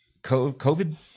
COVID